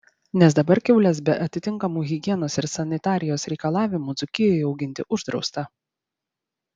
nes dabar kiaules be atitinkamų higienos ir sanitarijos reikalavimų dzūkijoje auginti uždrausta